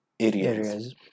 Areas